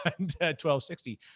1260